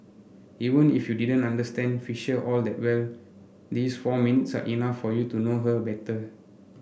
even if you didn't understand Fisher all that well these four minutes are enough for you to know her better